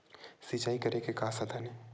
सिंचाई करे के का साधन हे?